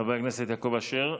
תודה רבה, חבר הכנסת יעקב אשר.